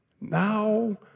Now